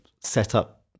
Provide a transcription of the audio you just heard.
setup